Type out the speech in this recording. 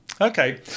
okay